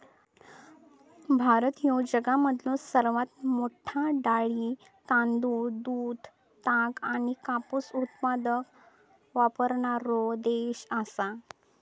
भारत ह्यो जगामधलो सर्वात मोठा डाळी, तांदूळ, दूध, ताग आणि कापूस उत्पादक करणारो देश आसा